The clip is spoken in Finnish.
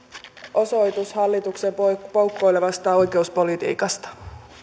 osoitus hallituksen poukkoilevasta oikeuspolitiikasta